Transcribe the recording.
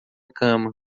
cama